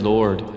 Lord